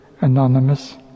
anonymous